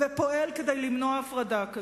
ופועל כדי למנוע הפרדה כזאת.